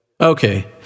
Okay